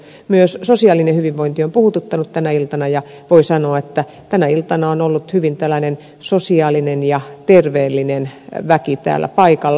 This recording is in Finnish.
myös sosiaalinen hyvinvointi on puhututtanut tänä iltana ja voi sanoa että tänä iltana on ollut hyvin tällainen sosiaalinen ja terveellinen väki täällä paikalla